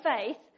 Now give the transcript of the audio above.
faith